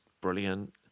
brilliant